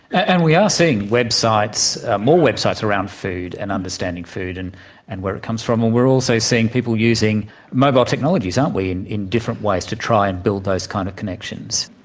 and we are seeing websites, more websites around food and understanding food and and where it comes from, and we're also seeing people using mobile technologies, aren't we, in in different ways to try and build those kind of connections?